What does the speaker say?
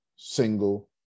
single